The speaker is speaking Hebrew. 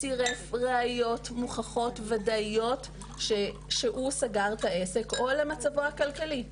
צרף ראיות מוכחות וודאיות שהוא סגר את העסק או למצבו הכלכלי.